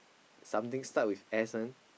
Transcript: something start with S one